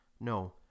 No